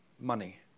money